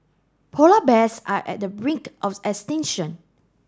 polar bears are at the brink of extinction